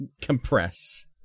compress